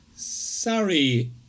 Sorry